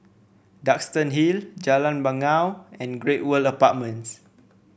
Duxton Hill Jalan Bangau and Great World Apartments